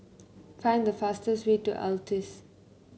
find the fastest way to Altez